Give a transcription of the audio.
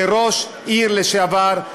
כראש עיר לשעבר,